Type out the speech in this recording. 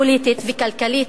פוליטית וכלכלית.